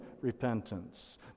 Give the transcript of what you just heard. repentance